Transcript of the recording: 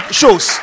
shows